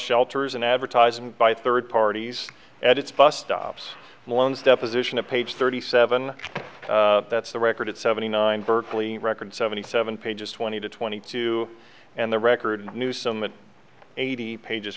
shelters in advertising by third parties at its bus stops loans deposition of page thirty seven that's the record at seventy nine berkeley records seventy seven pages twenty to twenty two and the record new some eighty pages